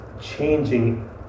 changing